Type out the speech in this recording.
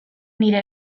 nire